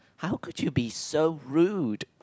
how could you be so rude